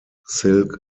silk